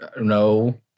no